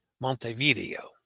Montevideo